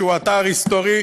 שהוא אתר היסטורי,